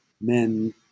men